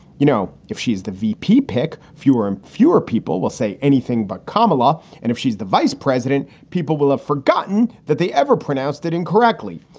you know, if she's the vp pick, fewer and fewer people will say anything but comilla. and if she's the vice president, people will have forgotten that they ever pronounced it incorrectly.